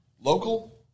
Local